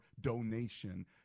donation